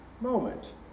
moment